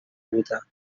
بودم